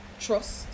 trust